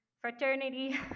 fraternity